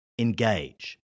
engage